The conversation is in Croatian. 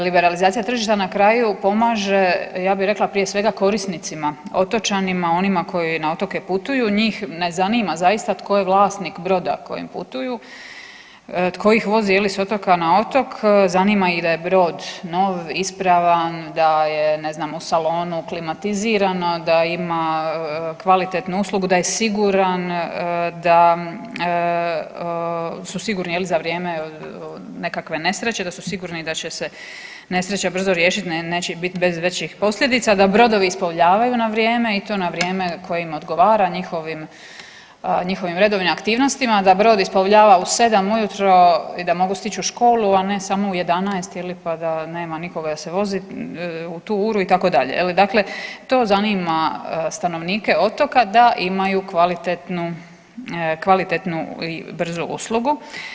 Liberalizacija tržišta na kraju pomaže ja bi rekla prije svega korisnicima otočanima onima koji na otoke putuju, njih ne zanima zaista tko je vlasnik broda kojim putuju, tko ih vozi je li s otoka na otok, zanima ih da je brod nov, ispravan, da je ne znam u salonu klimatizirano, da ima kvalitetnu uslugu, da je siguran, da su sigurni je li za vrijeme nekakve nesreće da su sigurni da će se nesreća brzo riješit da neće bit bez većih posljedica, da brodovi isplovljavaju na vrijeme i to na vrijeme koje odgovara njihovim, njihovim redovnim aktivnostima, da brod isplovljava u 7 ujutro i da mogu stić u školu, a ne samo u 11 ili, pa da nema nikoga da se vozi u tu uru itd. je li, dakle to zanima stanovnike otoka da imaju kvalitetnu, kvalitetnu i brzu uslugu.